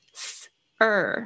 sir